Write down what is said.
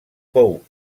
fou